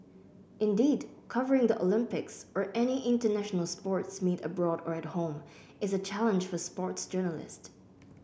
indeed covering the Olympics or any international sports meet abroad or at home is a challenge for sports journalists